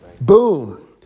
Boom